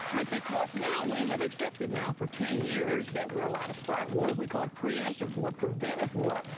but because now we have accepted now for ten years that we're allowed to start war, we call pre-emptive war, preventive war.